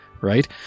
right